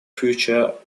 feature